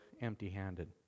empty-handed